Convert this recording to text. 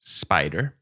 spider